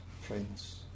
friends